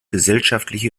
gesellschaftliche